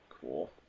Cool